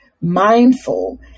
mindful